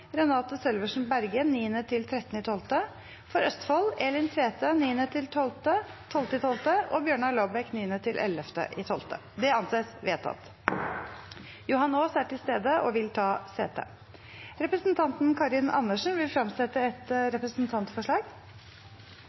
Renate Sølversen Berge 9.–13. desember For Østfold: Elin Tvete 9.–12. desember og Bjørnar Laabak 9.–11. desember Johan Aas er til stede og vil ta sete. Representanten Karin Andersen vil fremsette et representantforslag.